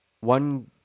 One